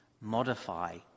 modify